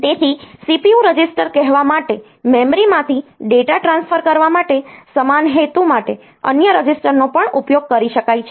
તેથી CPU register કહેવા માટે મેમરીમાંથી ડેટા ટ્રાન્સફર કરવા માટે સમાન હેતુ માટે અન્ય રજિસ્ટરનો પણ ઉપયોગ કરી શકાય છે